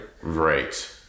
Right